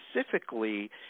specifically